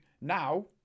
Now